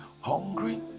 hungry